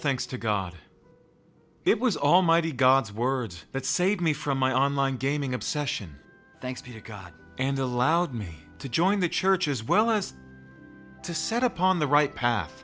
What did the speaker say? thanks to god it was almighty god's words that saved me from my online gaming obsession thanks to god and allowed me to join the church as well as to set upon the right path